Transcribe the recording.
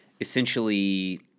essentially